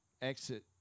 exit